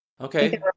okay